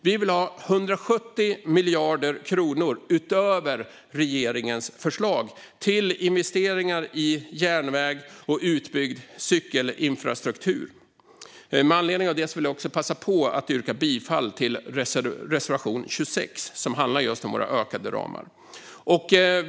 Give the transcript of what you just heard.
Vi vill ha 170 miljarder kronor utöver regeringens förslag till investeringar i järnväg och utbyggd cykelinfrastruktur. Med anledning av detta vill jag också passa på att yrka bifall till reservation 26, som handlar just om våra ökade ramar.